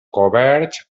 coberts